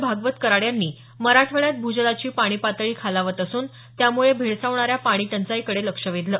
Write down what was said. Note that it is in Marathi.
भागवत कराड यांनी मराठवाड्यात भूजलाची पाणी पातळी खालावत असून त्यामुळे भेडसावणाऱ्या पाणी टंचाईकडे लक्ष वेधलं